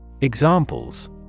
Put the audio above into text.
Examples